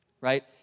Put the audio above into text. right